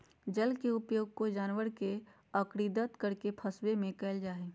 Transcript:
जल के उपयोग कोय जानवर के अक्स्र्दित करके फंसवे में कयल जा हइ